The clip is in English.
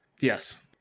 yes